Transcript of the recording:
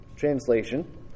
translation